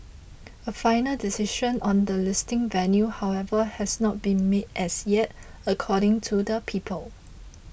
a final decision on the listing venue however has not been made as yet according to the people